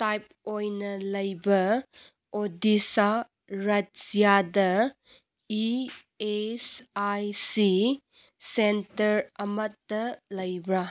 type ꯑꯣꯏꯅ ꯂꯩꯕ ꯑꯣꯗꯤꯁꯥ ꯔꯥꯖ꯭ꯌꯥꯗ E S I C centre ꯑꯃꯠꯇ ꯂꯩꯕ꯭ꯔꯥ